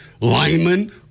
linemen